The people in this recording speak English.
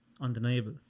undeniable